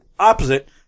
opposite